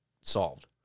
solved